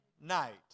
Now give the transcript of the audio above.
night